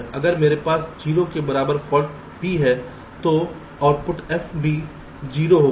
अगर मेरे पास 0 के बराबर फॉल्ट B है तो आउटपुट F भी 0 होगा